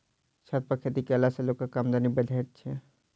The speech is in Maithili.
छत पर खेती कयला सॅ लोकक आमदनी बढ़ैत छै